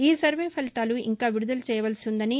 ఈ సర్వే ఫలితాలు ఇంకా విడుదల చేయవలసి ఉన్నదని